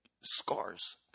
scars